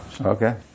Okay